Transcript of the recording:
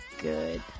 good